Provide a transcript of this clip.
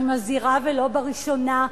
אני מזהירה ולא בראשונה,